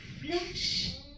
flesh